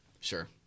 Sure